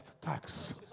tax